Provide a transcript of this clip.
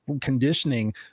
conditioning